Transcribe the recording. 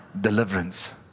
Deliverance